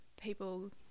people